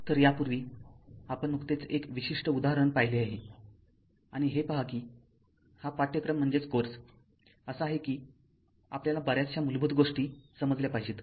तर यापूर्वी आपण नुकतेच एक विशिष्ट उदाहरण पाहिले आहे आणि हे पहा कि हा पाठ्यक्रम असा आहे की आपल्याला बऱ्याचशा मूलभूत गोष्टी समजल्या पाहिजेत